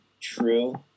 true